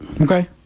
okay